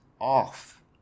off